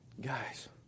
Guys